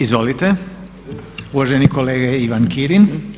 Izvolite, uvaženi kolega Ivan Kirin.